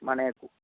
মানে